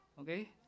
Okay